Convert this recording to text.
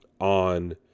on